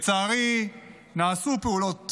לצערי נעשו פעולות